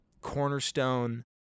cornerstone